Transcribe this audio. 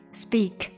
speak